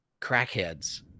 crackheads